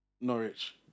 Norwich